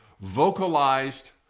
vocalized